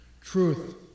Truth